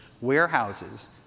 warehouses